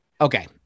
okay